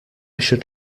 should